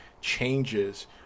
changes